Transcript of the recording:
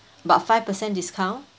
but five percent discount